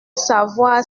savoir